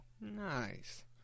Nice